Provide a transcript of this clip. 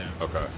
Okay